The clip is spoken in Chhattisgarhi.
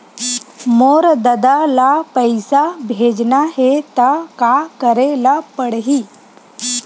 मोर ददा ल पईसा भेजना हे त का करे ल पड़हि?